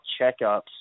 checkups